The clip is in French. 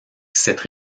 cette